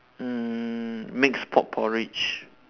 mm mixed pork porridge